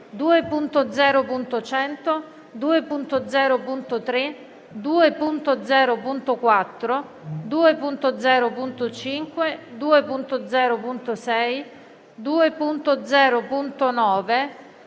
2.0.100, 2.0.3, 2.0.4, 2.0.5, 2.0.6, 2.0.9,